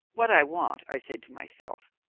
what i want i said to myself,